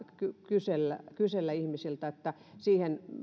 kysellä kysellä ihmisiltä siihen